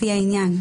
לפי העניין,